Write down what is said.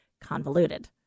convoluted